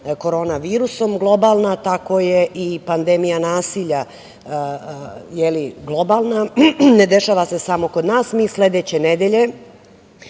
korona virusom globalna, tako je i pandemija nasilja globalna. Ne dešava se samo kod nas. Mi sledeće nedelje